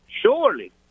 Surely